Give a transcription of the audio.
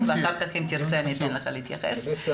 נטלי.